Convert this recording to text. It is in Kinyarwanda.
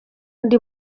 undi